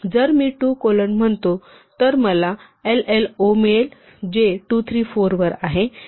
जर मी 2 कोलन म्हणतो तर मला llo मिळेल जे 2 3 4 वर आहे